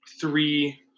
three